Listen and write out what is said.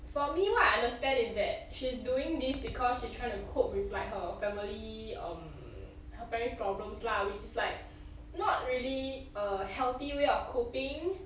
for me what I understand is that she's doing this because she's trying to cope with like her family um her family problems lah which is like not really a healthy way of coping